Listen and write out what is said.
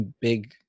big